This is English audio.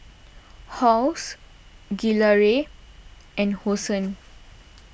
Halls Gilera and Hosen